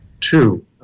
two